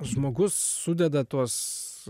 žmogus sudeda tuos